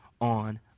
on